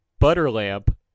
Butterlamp